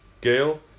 Gail